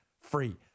free